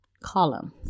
column